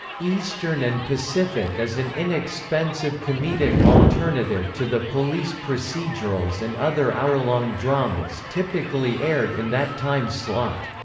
eastern and pacific as an inexpensive comedic alternative to the police procedurals and other hour-long dramas typically aired in that time slot.